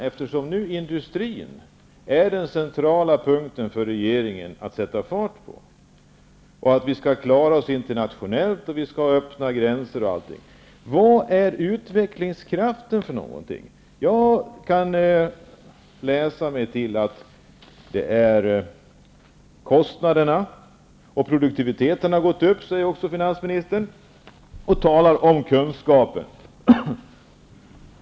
Eftersom den centrala punkten för regeringen är att sätta fart på industrin -- man tycker att vi skall klara oss internationellt, ha öppna gränser, m.m. -- undrar jag vad utvecklingskrafter är för någonting. Jag kan läsa mig till att det gäller kostnader. Produktiviteten har gått upp, säger finansministern, och talar om kunskapen.